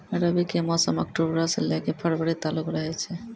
रबी के मौसम अक्टूबरो से लै के फरवरी तालुक रहै छै